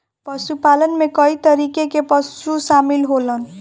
पशुपालन में कई तरीके कअ पशु शामिल होलन